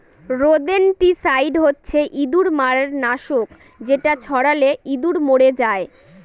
rodenticide হচ্ছে ইঁদুর মারার নাশক যেটা ছড়ালে ইঁদুর মরে যায়